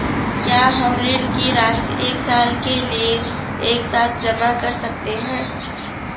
क्या हम ऋण की राशि एक साल के लिए एक साथ जमा कर सकते हैं?